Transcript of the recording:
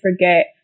forget